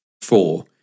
four